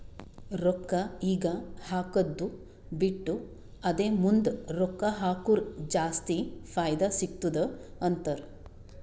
ರೊಕ್ಕಾ ಈಗ ಹಾಕ್ಕದು ಬಿಟ್ಟು ಅದೇ ಮುಂದ್ ರೊಕ್ಕಾ ಹಕುರ್ ಜಾಸ್ತಿ ಫೈದಾ ಸಿಗತ್ತುದ ಅಂತಾರ್